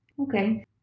Okay